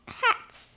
hats